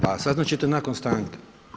Pa saznati ćete nakon stanke.